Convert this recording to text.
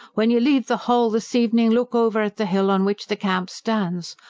when you leave the hall this evening, look over at the hill on which the camp stands!